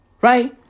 Right